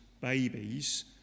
babies